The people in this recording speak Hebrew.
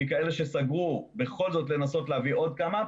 מכאלה שסגרו בכל זאת להביא עוד כמה.